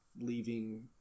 leaving